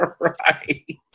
Right